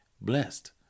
blessed